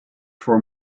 for